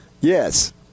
Yes